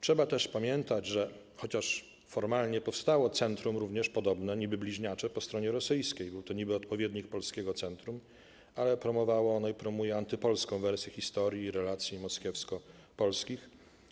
Trzeba też pamiętać, że chociaż formalnie powstało również podobne centrum, niby-bliźniacze, po stronie rosyjskiej, był to niby-odpowiednik polskiego centrum, ale promowało ono i promuje antypolską wersję historii i relacji moskiewsko-polskich.